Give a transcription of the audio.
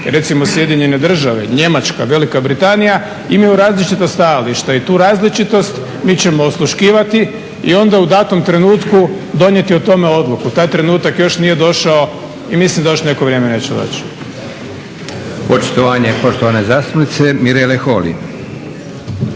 recimo SAD, Njemačka, Velika Britanija imaju različita stajališta i tu različitost mi ćemo osluškivati i onda u datom trenutku donijeti o tome odluku. Taj trenutak još nije došao i mislim da još neko vrijeme neće doći. **Leko, Josip (SDP)** Očitovanje poštovane zastupnice Mirele Holy.